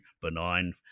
benign